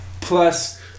plus